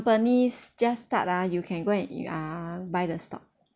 companies just start ah you can go and in~ uh buy the stock